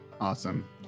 Awesome